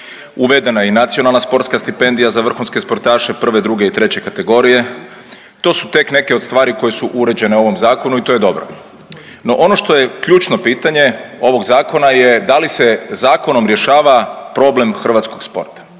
uvedena je i nacionalna sportska stipendija za vrhunske sportaše 1., 2. i 3. kategorije. To su tek neke od stvari koje su uređene u ovom Zakonu i to je dobro. No, ono što je ključno pitanje ovog Zakona je da li se zakonom rješava problem hrvatskog sporta?